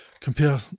compare